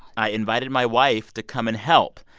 i invited my wife to come and help.